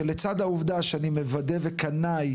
שלצד העובדה שאני מוודא וקנאי